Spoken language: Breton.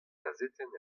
gazetenn